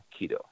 keto